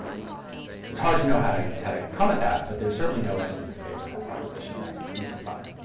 it's hard to know how to how to come at that, but there's certainly no evidence in favor of that proposition that we can find.